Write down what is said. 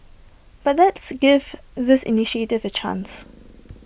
but let's give this initiative A chance